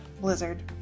blizzard